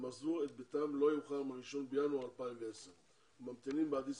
עזבו את ביתם לא יאוחר מ-1 בינואר 2010 וממתינים באדיס